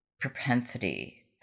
Propensity